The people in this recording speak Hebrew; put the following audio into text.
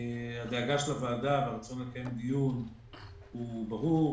הדאגה של הוועדה והרצון לקיים דיון הוא ברור.